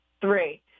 Three